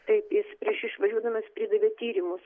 tai jis prieš išvažiuodamas pridavė tyrimus